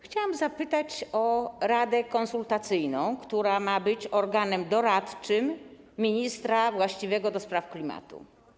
Chciałam zapytać o radę konsultacyjną, która ma być organem doradczym ministra właściwego do spraw klimatu.